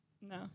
No